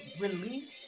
release